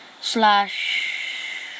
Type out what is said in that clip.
Slash